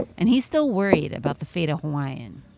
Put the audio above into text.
and he's still worried about the fate of hawaiian.